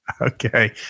Okay